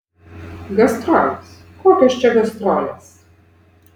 gastrolės kokios čia gastrolės